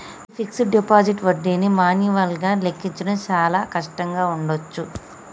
మీ fixed deposit వడ్డీని మాన్యువల్గా లెక్కించడం చాలా కష్టంగా ఉండచ్చు